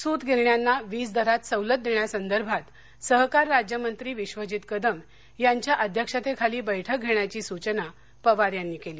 सूतगिरण्यांना वीजदरात सवलत देण्यासंदर्भात सहकार राज्यमंत्री विश्वजित कदम यांच्या अध्यक्षतेखाली बळक घेण्याची सूचना पवार यांनी केली